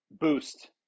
boost